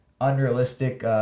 unrealistic